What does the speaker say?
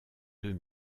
deux